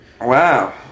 Wow